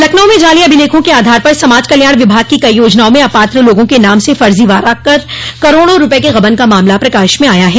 लखनऊ में जाली अभिलेखों के आधार पर समाज कल्याण विभाग की कई योजनाओं में अपात्र लोगों के नाम से फर्जावाड़ा कर करोड़ों रूपये के गबन का मामला प्रकाश में आया है